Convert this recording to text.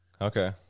Okay